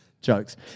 Jokes